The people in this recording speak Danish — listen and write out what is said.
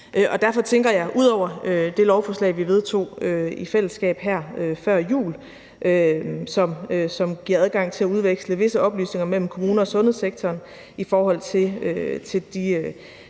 Derfor tænker jeg, at ud over det lovforslag, vi vedtog i fællesskab før jul – som giver adgang til at udveksle visse oplysninger mellem kommunerne og sundhedssektoren i forhold til de